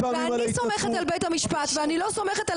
מדבר אליכם.